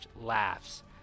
laughs